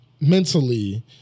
mentally